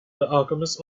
alchemist